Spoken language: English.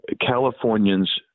Californians